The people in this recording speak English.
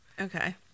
Okay